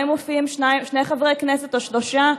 מה אם מופיעים שני חברי כנסת או שלושה?